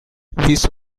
this